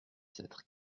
sept